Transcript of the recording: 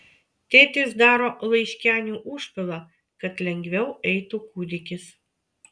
tėtis daro laiškenių užpilą kad lengviau eitų kūdikis